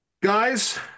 Guys